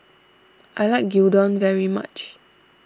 I like Gyudon very much